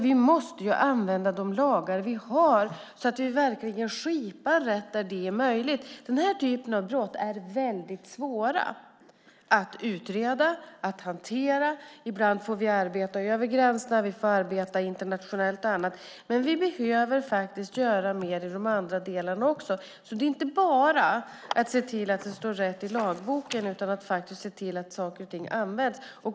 Vi måste ju använda de lagar vi har så att vi verkligen skipar rätt där det är möjligt. Den här typen av brott är väldigt svår att utreda, att hantera. Ibland får vi arbeta över gränserna. Vi får arbeta internationellt och annat, men vi behöver faktiskt göra mer i de andra delarna också. Det är inte bara att se till att det står rätt i lagboken utan att faktiskt se till att saker och ting används.